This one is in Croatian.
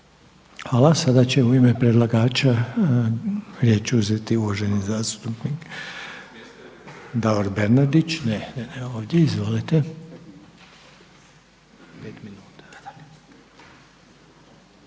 Hvala. Sada će u ime predlagača riječ uzeti uvaženi zastupnik Davor Bernardić. Izvolite.